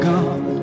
God